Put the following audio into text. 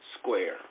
Square